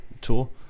tool